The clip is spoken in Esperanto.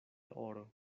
oro